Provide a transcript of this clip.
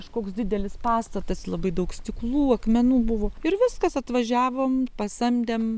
kažkoks didelis pastatas labai daug stiklų akmenų buvo ir viskas atvažiavom pasamdėm